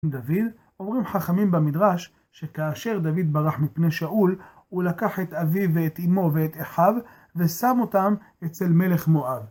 דוד, אומרים חכמים במדרש שכאשר דוד ברח מפני שאול, הוא לקח את אביו ואת אמו ואת אחיו, ושם אותם אצל מלך מואב.